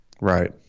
right